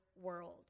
world